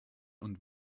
und